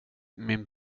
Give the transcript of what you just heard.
min